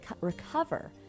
recover